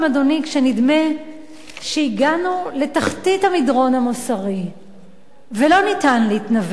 כשנדמה שהגענו לתחתית המדרון המוסרי ולא ניתן להתנוול יותר,